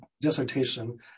dissertation